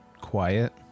quiet